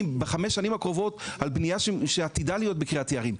בחמש שנים הקרובות על בנייה שעתידה להיות בקריית יערים,